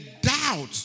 doubt